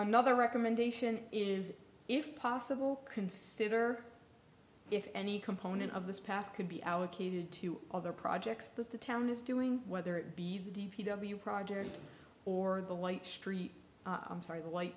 another recommendation is if possible consider if any component of this path could be allocated to other projects that the town is doing whether it be the v w project or the light street i'm sorry the white